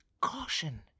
caution